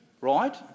right